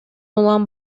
улам